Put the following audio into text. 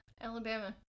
Alabama